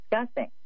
discussing